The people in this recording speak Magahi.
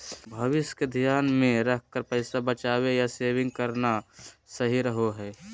भविष्य के ध्यान मे रखकर पैसा बचावे या सेविंग करना सही रहो हय